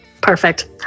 Perfect